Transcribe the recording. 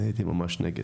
אני הייתי ממש נגד.